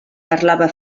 parlava